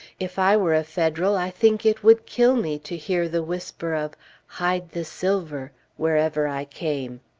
if i were a federal, i think it would kill me to hear the whisper of hide the silver wherever i came.